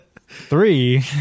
three